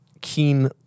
keen